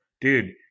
dude